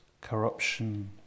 corruption